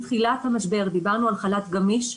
מתחילת המשבר, אנחנו דיברנו על חל"ת גמיש.